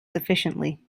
sufficiently